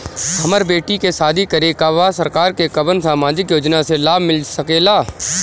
हमर बेटी के शादी करे के बा सरकार के कवन सामाजिक योजना से लाभ मिल सके ला?